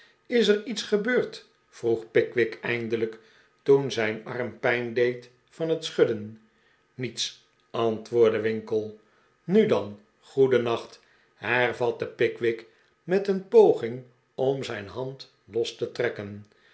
is er iets gebeurd vroeg pickwick eindelijk toen zijn arm pijn deed van het schudden niets antwoordde winkle nu dan goedennacht hervatte pickwick met een poging om zijn hand los te trekken